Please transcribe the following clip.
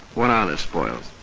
what are the spoils?